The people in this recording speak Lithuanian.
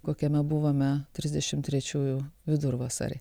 kokiame buvome trisdešimt trečiųjų vidurvasarį